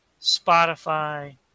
Spotify